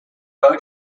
boat